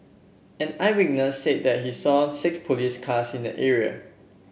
an eyewitness said that he saw six police cars in the area